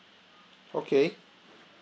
okay